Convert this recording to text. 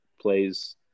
plays